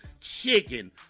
chicken